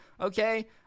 okay